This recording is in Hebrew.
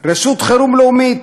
רשות חירום לאומית.